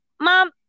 Mom